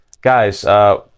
guys